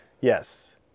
yes